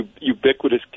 ubiquitous